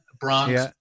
Bronx